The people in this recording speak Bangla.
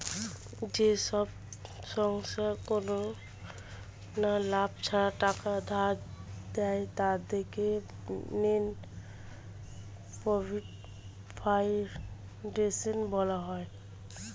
যেসব সংস্থা কোনো লাভ ছাড়া টাকা ধার দেয়, তাদেরকে নন প্রফিট ফাউন্ডেশন বলা হয়